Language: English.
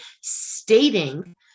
stating